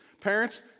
Parents